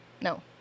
No